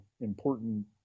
important